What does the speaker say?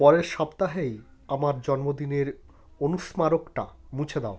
পরের সপ্তাহেই আমার জন্মদিনের অনুস্মারকটা মুছে দাও